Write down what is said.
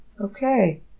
Okay